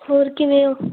ਹੋਰ ਕਿਵੇਂ ਹੋ